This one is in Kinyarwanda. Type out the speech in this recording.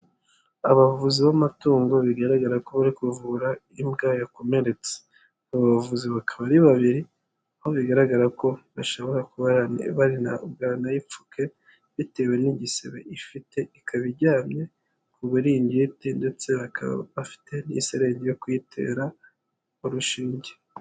Abavuzi b'amatungo bigaragara ko bari kuvura imbwa yakomeretse. Aba bavuzi bakaba ari babiri, aho bigaragara ko bashobora bari bwanayipfuke, bitewe n'igisebe ifite, ikaba iryamye ku buriringiti ndetse bakaba bafite n'iserenge yo kuyitera, urushinge.